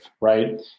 right